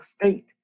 state